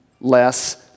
less